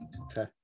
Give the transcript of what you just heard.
Okay